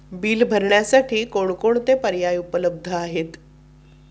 Bill भरण्यासाठी कोणकोणते पर्याय उपलब्ध आहेत?